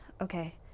okay